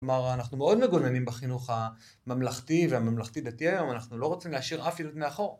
כלומר, אנחנו מאוד מגוננים בחינוך הממלכתי והממלכתי-דתי היום, אנחנו לא רוצים להשאיר אף ילד מאחור.